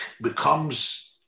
becomes